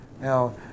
Now